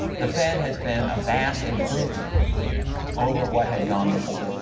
the fed has been a vast improvement over what had gone before.